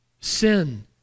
sin